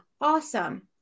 awesome